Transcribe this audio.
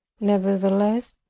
nevertheless,